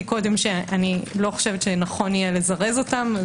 קודם שאני לא חושבת שנכון יהיה לזרז אותם.